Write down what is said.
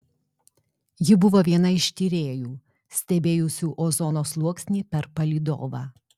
ji buvo viena iš tyrėjų stebėjusių ozono sluoksnį per palydovą